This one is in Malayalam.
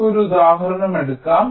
നമുക്ക് ഒരു ഉദാഹരണം എടുക്കാം